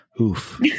Oof